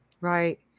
Right